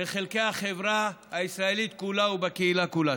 בחלקי החברה הישראלית כולה ובקהילה כולה.